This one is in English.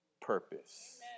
purpose